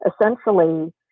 essentially